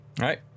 right